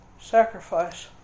sacrifice